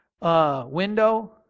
Window